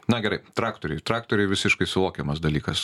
na gerai traktoriai traktoriai visiškai suvokiamas dalykas